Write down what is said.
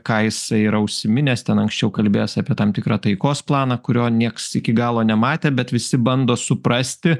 ką jisai yra užsiminęs ten anksčiau kalbėjęs apie tam tikrą taikos planą kurio nieks iki galo nematė bet visi bando suprasti